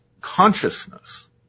consciousness